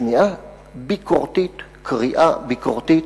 שמיעה ביקורתית, קריאה ביקורתית,